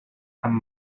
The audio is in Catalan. amb